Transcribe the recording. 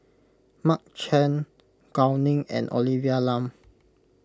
Mark Chan Gao Ning and Olivia Lum